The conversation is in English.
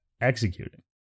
Executing